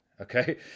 Okay